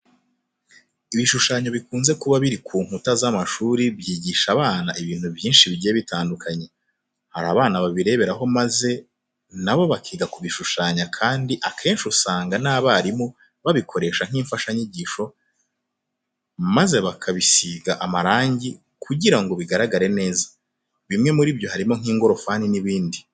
Ibishushanyo bikunze kuba biri ku nkuta z'amashuri byigisha abana ibintu byinshi bigiye bitandukanye. Hari abana babireberaho maze na bo bakiga kubishushanya kandi akenshi usanga n'abarimu babikoresha nk'imfashanyigisho maze bakabisiga amarange kugira ngo bigaragare neza. Bimwe muri byo harimo nk'ingorofani n'ibindi.